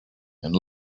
and